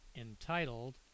entitled